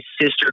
sister